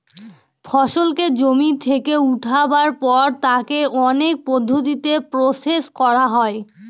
ফসলকে জমি থেকে উঠাবার পর তাকে অনেক পদ্ধতিতে প্রসেস করা হয়